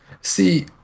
See